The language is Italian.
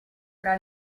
fra